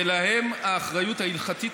ולהם האחריות ההלכתית,